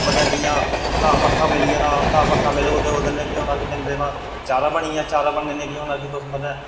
मतलब जियां घाऽ पट्ठा मिली जाना घाऽ पट्ठा मिलग ते ओह्दे कन्नै केह् होना की डंगरें दा चारा बनी गेआ ते चारा बनने कन्नै केह् होना कि तुस